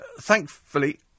Thankfully